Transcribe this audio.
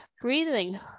breathing